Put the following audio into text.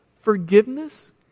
Forgiveness